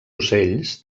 ocells